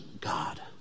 God